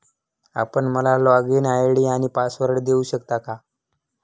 आपण मला login ID आणि पासवर्ड देऊ शकता का?